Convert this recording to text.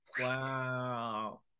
wow